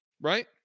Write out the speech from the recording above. right